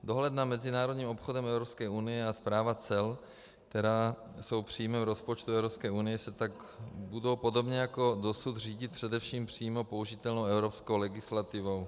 Dohled nad mezinárodním obchodem Evropské unie a správa cel, která jsou příjmem rozpočtu Evropské unie, se tak budou podobně jako dosud řídit především přímo použitelnou evropskou legislativou.